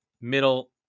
middle